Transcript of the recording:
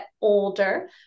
older